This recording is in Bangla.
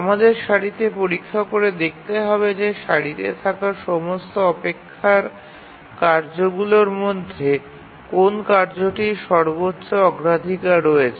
আমাদের সারিতে পরীক্ষা করে দেখতে হবে যে সারিতে থাকা সমস্ত অপেক্ষার কাজগুলির মধ্যে কোন কার্যটির সর্বোচ্চ অগ্রাধিকার রয়েছে